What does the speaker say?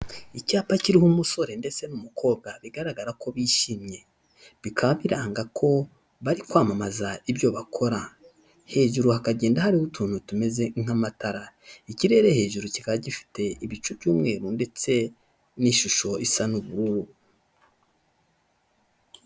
Icyapa kiriho umusore ndetse n'umukobwa bigaragara ko bishimye, bikaba biranga ko bari kwamamaza ibyo bakora, hejuru hakagenda hariho utuntu tumeze nk'amatara, ikirere hejuru kikaba gifite ibicu by'umweru ndetse n'ishusho isa n'ubururu.